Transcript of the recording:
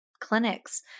clinics